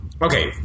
Okay